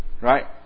Right